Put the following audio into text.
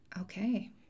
Okay